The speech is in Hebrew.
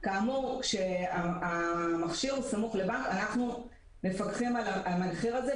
כאשר המכשיר הוא סמוך לבנק אנחנו מפקחים על המחיר הזה,